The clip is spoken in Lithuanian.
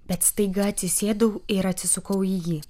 bet staiga atsisėdau ir atsisukau į jį